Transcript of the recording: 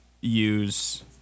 use